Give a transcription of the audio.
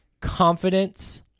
confidence